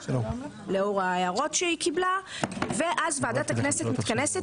לאור ההערות שהיא קיבלה; ואז ועדת הכנסת מתכנסת